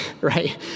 right